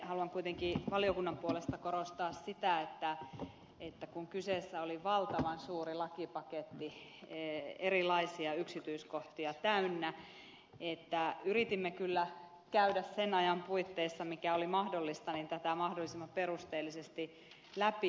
haluan kuitenkin valiokunnan puolesta korostaa sitä että kyseessä oli valtavan suuri lakipaketti erilaisia yksityiskohtia täynnä ja yritimme kyllä käydä sen ajan puitteissa mikä oli mahdollista tätä mahdollisimman perusteellisesti läpi